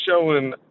showing